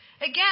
Again